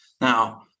Now